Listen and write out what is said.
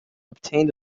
obtained